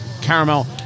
caramel